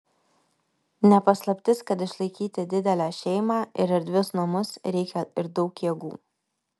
ne paslaptis kad išlaikyti didelę šeimą ir erdvius namus reikia ir daug jėgų